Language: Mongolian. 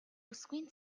бүсгүйн